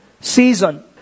season